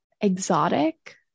exotic